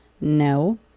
no